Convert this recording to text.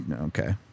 Okay